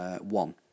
one